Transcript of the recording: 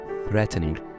threatening